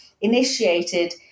initiated